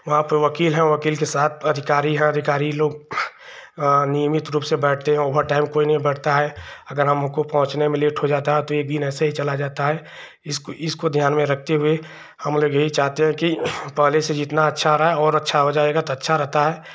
वहाँ पर वकील है वकील के साथ अधिकारी हैं अधिकारी लोग नियमित रूप से बैठते यही ओवरटाइम कोई नहीं बैठता है अगर हमको पहुँचने में लेट हो जाता है तो एक दिन ऐसे ही चला जाता है इसको इसको ध्यान में रखते हुए हमलोग यही चाहते हैं कि पहले से जितना अच्छा रहा और अच्छा हो जाएगा अच्छा रहता है